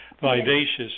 vivacious